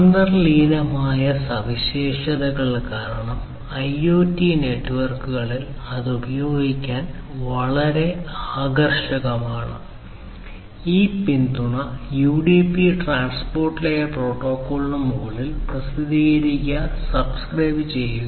അന്തർലീനമായ സവിശേഷതകൾ കാരണം IoT നെറ്റ്വർക്കുകളിൽ ഇത് ഉപയോഗിക്കാൻ വളരെ ആകർഷകമാണ് ഈ പിന്തുണ UDP ട്രാൻസ്പോർട്ട് ലെയർ പ്രോട്ടോക്കോളിന് മുകളിൽ പ്രസിദ്ധീകരിക്കുകസബ്സ്ക്രൈബ് ചെയ്യുക